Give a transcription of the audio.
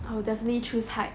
I will definitely choose height